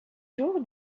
jour